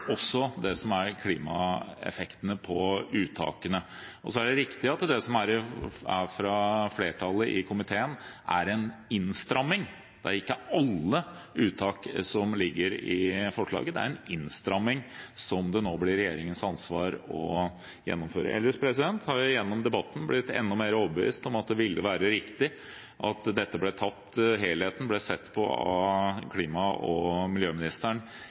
også klimaeffekten av uttakene. Og så er det riktig at det som ligger fra flertallet i komiteen, er en innstramming. Det er ikke alle uttak som ligger i forslaget. Det er en innstramming, som det nå blir regjeringens ansvar å gjennomføre. Ellers har jeg under debatten blitt enda mer overbevist om at det ville være riktig at helheten i dette ble sett på av klima- og miljøministeren